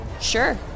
Sure